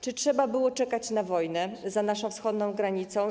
Czy trzeba było czekać na wojnę za naszą wschodnią granicą?